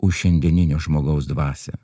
už šiandieninio žmogaus dvasią